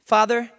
Father